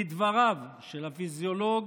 לדבריו של הפיזיולוג